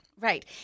Right